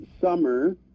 summer